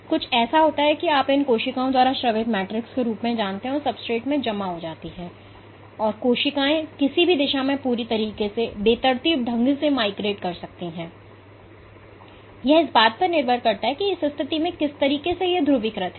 तो कुछ ऐसे होते हैं जिन्हें आप उन कोशिकाओं द्वारा स्रावित मैट्रिक्स के रूप में जानते हैं जो सब्सट्रेट में जमा हो जाती हैं और कोशिकाएं किसी भी दिशा में पूरी तरह से बेतरतीब ढंग से माइग्रेट कर सकती हैं यह इस बात पर निर्भर करता है कि यह स्थिति में किस तरह से ध्रुवीकृत है